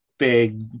Big